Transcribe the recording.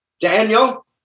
Daniel